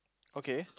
okay